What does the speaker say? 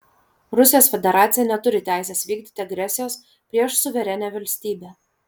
rusijos federacija neturi teisės vykdyti agresijos prieš suverenią valstybę